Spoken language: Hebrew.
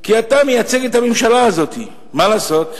כי אתה מייצג את הממשלה הזאת, מה לעשות.